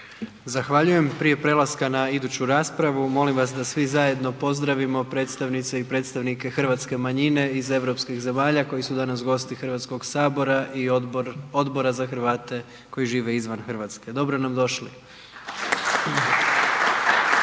Zahvaljujem. Prije prelaska na iduću raspravu, molim vas da svi zajedno pozdravimo predstavnice i predstavnike Hrvatske manjine iz europskih zemalja koji su danas gosti HS i odbor, Odbora za Hrvate koji žive izvan RH. Dobro nam došli!